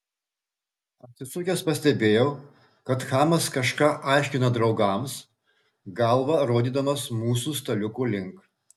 atsisukęs pastebėjau kad chamas kažką aiškina draugams galva rodydamas mūsų staliuko link